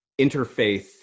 interfaith